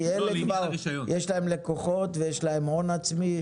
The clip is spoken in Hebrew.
אלה כבר יש להם לקוחות ויש להם הון עצמי.